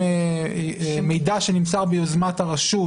מידע שנמסר ביוזמת הרשות,